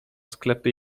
sklepy